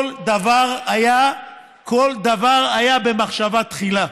כל דבר היה במחשבה תחילה,